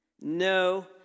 No